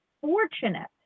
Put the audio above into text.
fortunate